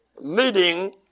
leading